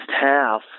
half